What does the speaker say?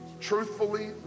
truthfully